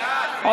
בעד, בעד.